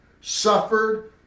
suffered